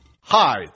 hi